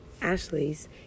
Ashley's